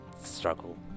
struggle